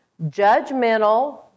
judgmental